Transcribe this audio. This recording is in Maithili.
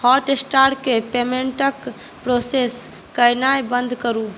हॉट स्टार के पेमेन्ट क प्रोसेस कयनाइ बन्द करू